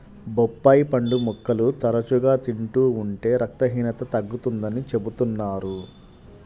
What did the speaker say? బొప్పాయి పండు ముక్కలు తరచుగా తింటూ ఉంటే రక్తహీనత తగ్గుతుందని చెబుతున్నారు